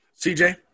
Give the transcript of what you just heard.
CJ